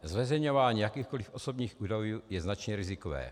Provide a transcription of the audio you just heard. Zveřejňování jakýchkoliv osobních údajů je značně rizikové.